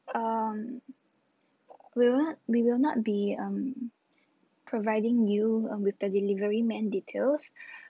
um we will not we will not be um providing you um with the delivery man details